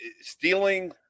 stealing